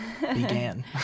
began